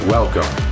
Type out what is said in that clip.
Welcome